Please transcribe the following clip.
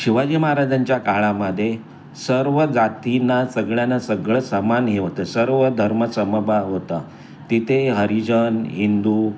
शिवाजी महाराजांच्या काळामदे सर्व जातींना सगळ्यांना सगळं समान हे होतं सर्व धर्म समभाव होता तिथे हरिजन हिंदू